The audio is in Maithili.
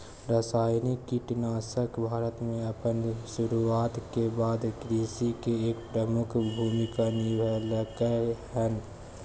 रासायनिक कीटनाशक भारत में अपन शुरुआत के बाद से कृषि में एक प्रमुख भूमिका निभलकय हन